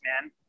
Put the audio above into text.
man